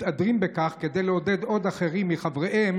מתהדרים בכך כדי לעודד עוד אחרים מחבריהם